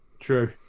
True